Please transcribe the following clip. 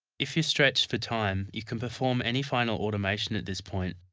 if you're stretched for time, you can perform any final automation at this point,